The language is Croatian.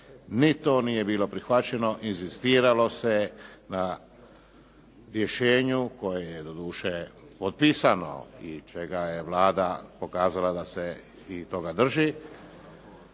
Ni to nije bilo prihvaćeno. Inzistiralo se na rješenju koje je doduše potpisano i čega je Vlada da se i toga drži,